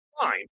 Fine